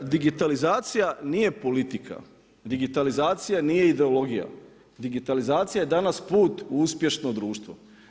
Digitalizacija ni je politika, digitalizacija nije ideologija, digitalizacija je danas put u uspješno društvo.